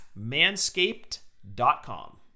manscaped.com